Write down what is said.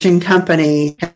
company